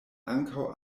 ankaŭ